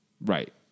Right